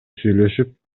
сүйлөшүп